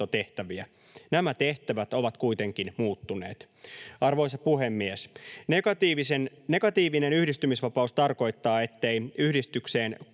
Nämä tehtävät ovat kuitenkin muuttuneet. Arvoisa puhemies! Negatiivinen yhdistymisvapaus tarkoittaa, ettei yhdistykseen kuulumisen